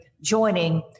joining